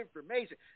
information